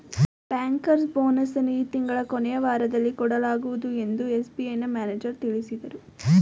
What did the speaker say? bankers bonus ಅನ್ನು ಈ ತಿಂಗಳ ಕೊನೆಯ ವಾರದಲ್ಲಿ ಕೊಡಲಾಗುವುದು ಎಂದು ಎಸ್.ಬಿ.ಐನ ಮ್ಯಾನೇಜರ್ ತಿಳಿಸಿದರು